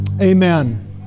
Amen